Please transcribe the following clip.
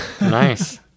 Nice